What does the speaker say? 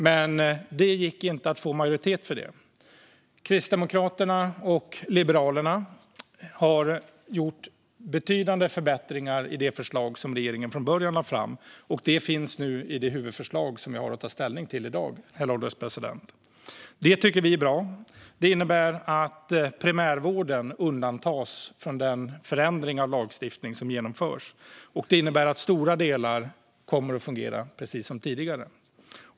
Men det gick inte att få majoritet för detta. Kristdemokraterna och Liberalerna har gjort betydande förbättringar i det förslag som regeringen från början lade fram. De finns nu i det huvudförslag som vi har att ta ställning till i dag, herr ålderspresident. Det tycker vi är bra. Det innebär att primärvården undantas från den förändring av lagstiftning som genomförs och att stora delar kommer att fungera precis som tidigare.